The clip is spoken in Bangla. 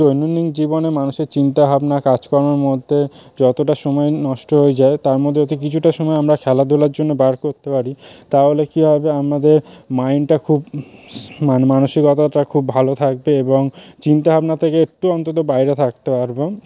দৈনন্দিন জীবনে মানুষের চিন্তা ভাবনা কাজকর্মের মধ্যে যতটা সময় নষ্ট হয়ে যায় তার মধ্যেও যদি কিছুটা সময় আমরা খেলাধুলার জন্য বার করতে পারি তাহলে কী হবে আমাদের মাইন্ডটা খুব মানে মানসিকতাটা খুব ভালো থাকবে এবং চিন্তা ভাবনা থেকে একটু অন্তত বাইরে থাকতে পারব